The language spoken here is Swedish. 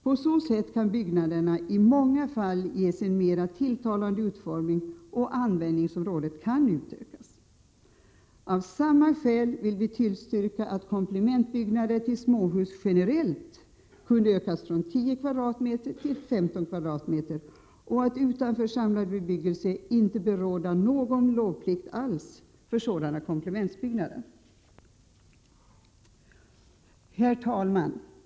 På så sätt kan byggnaderna i många fall ges en mera tilltalande utformning, och användningsområdet kan utökas. Av samma skäl vill vi tillstyrka att komplementbyggnader till småhus generellt kan ökas från 10 m? till 15 m? och att det utanför samlad bebyggelse inte bör råda någon lovplikt alls för sådana komplementbyggnader. Herr talman!